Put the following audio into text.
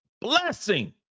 blessing